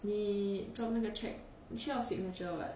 你 drop 那个 check 你需要 signature [what]